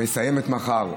היא מסיימת מחר.